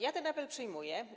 Ja ten apel przyjmuję.